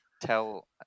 tell